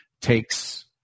takes